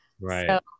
Right